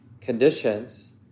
conditions